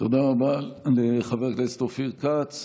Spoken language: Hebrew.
תודה רבה לחבר הכנסת אופיר כץ,